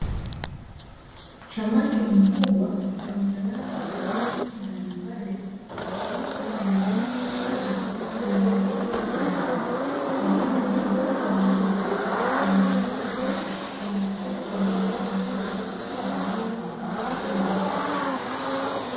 Samaki mkubwa mwenye rangi za aina mbalimbali yupo kwenye tanki kubwa lililojazwa maji, pamoja na samaki wengine ambao wote wanafugwa kwenye tanki hilo kwajili ya mapambo.